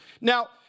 Now